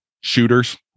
shooters